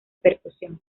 percusión